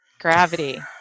Gravity